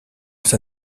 ça